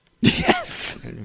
Yes